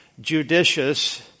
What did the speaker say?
judicious